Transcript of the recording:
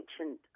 ancient